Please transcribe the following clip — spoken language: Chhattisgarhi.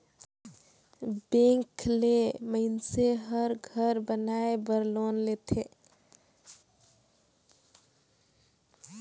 बेंक ले मइनसे हर घर बनाए बर लोन लेथे